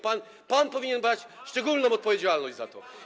Pan powinien brać szczególną odpowiedzialność za to.